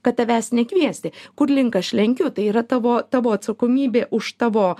kad tavęs nekviesti kur link aš lenkiu tai yra tavo tavo atsakomybė už tavo